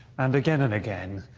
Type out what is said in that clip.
and, again and again,